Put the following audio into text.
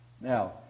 Now